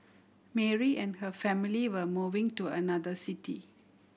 Mary and her family were moving to another city